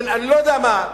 אני לא יודע מה,